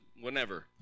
whenever